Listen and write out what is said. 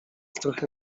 trochę